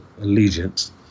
allegiance